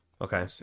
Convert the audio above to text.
Okay